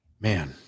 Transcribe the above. Man